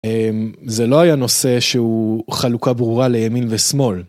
זה לא היה נושא שהוא חלוקה ברורה לימין ושמאל.